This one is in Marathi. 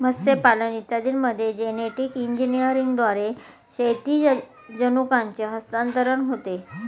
मत्स्यपालन इत्यादींमध्ये जेनेटिक इंजिनिअरिंगद्वारे क्षैतिज जनुकांचे हस्तांतरण होते